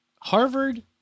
Harvard